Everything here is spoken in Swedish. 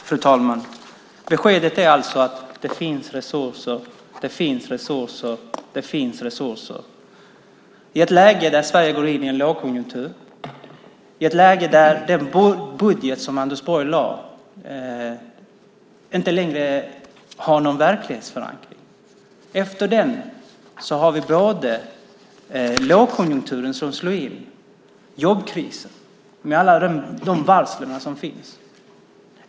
Fru talman! Beskedet är att det finns resurser, det finns resurser och det finns resurser. Detta är ett läge där Sverige går in i en lågkonjunktur och där den budget som Anders Borg lade fram inte längre har någon verklighetsförankring. Vi har en lågkonjunktur som slår in och jobbkrisen med alla de varsel som finns.